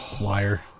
wire